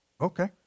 Okay